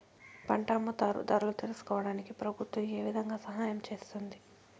పంట అమ్ముతారు ధరలు తెలుసుకోవడానికి ప్రభుత్వం ఏ విధంగా సహాయం చేస్తుంది?